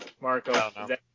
Marco